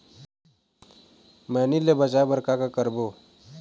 मैनी ले बचाए बर का का करबो?